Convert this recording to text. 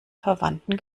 verwandten